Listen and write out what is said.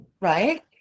Right